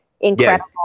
incredible